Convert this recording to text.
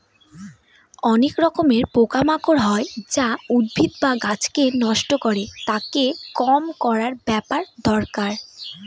অনেক রকমের পোকা মাকড় হয় যা উদ্ভিদ বা গাছকে নষ্ট করে, তাকে কম করার ব্যাপার দরকার